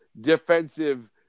defensive